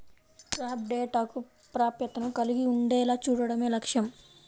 crop డేటాకు ప్రాప్యతను కలిగి ఉండేలా చూడడమే లక్ష్యం